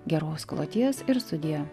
geros kloties ir sudie